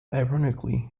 ironically